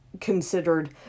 considered